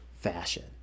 fashion